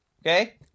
Okay